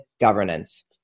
governance